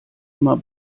immer